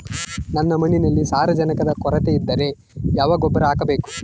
ನನ್ನ ಮಣ್ಣಿನಲ್ಲಿ ಸಾರಜನಕದ ಕೊರತೆ ಇದ್ದರೆ ಯಾವ ಗೊಬ್ಬರ ಹಾಕಬೇಕು?